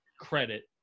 credit